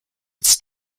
its